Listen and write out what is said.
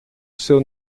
seu